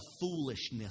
foolishness